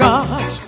God